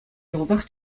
йӑлтах